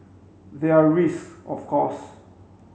there are risks of course